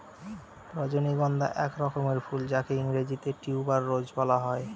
রজনীগন্ধা এক রকমের ফুল যাকে ইংরেজিতে টিউবার রোজ বলা হয়